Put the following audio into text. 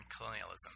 colonialism